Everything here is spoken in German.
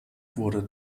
wurde